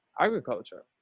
agriculture